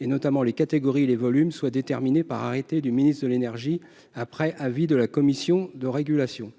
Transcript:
notamment les catégories et les volumes, sont déterminées par arrêté du ministre de l'énergie, après avis de la Commission de régulation